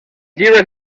llibres